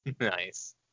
Nice